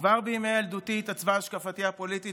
כבר בימי ילדותי התעצבה השקפתי הפוליטית